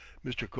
mr.